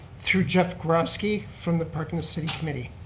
through jeff grosky from the park and the city committee.